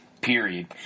period